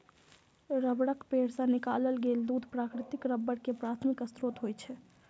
रबड़क पेड़ सं निकालल गेल दूध प्राकृतिक रबड़ के प्राथमिक स्रोत होइ छै